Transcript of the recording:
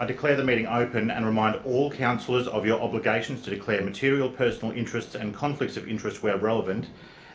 i declare the meeting open and remind all councillors of your obligations to declare material personal interests and conflicts of interests where relevant